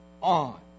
on